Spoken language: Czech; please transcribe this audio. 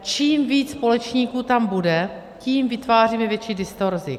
Čím víc společníků tam bude, tím vytváříme větší distorzi.